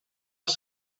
els